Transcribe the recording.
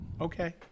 Okay